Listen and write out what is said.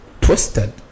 twisted